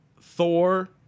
Thor